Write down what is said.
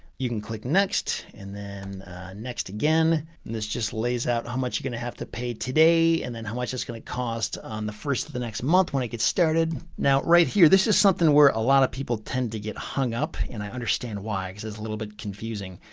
you can click next and then next again, and this just lays out how much you're going to have to pay today and then how much it's going to cost on the first of the next month when it gets started. now, right here, this is something where a lot of people tend to get hung up and i understand why because is a little bit confusing.